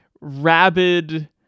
rabid